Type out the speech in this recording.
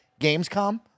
Gamescom